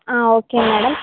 okay madam